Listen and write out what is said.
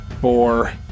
Four